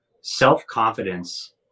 Self-confidence